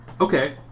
Okay